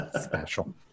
special